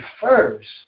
first